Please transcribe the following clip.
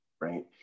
Right